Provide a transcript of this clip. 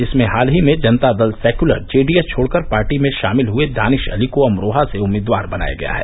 जिसमें हाल ही में जनता दल सैक्यूलर जेडीएस छोड़कर पार्टी में शामिल हुए दानिश अली को अमरोहा से उम्मीदवार बनया गया है